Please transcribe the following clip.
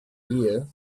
ehe